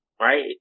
right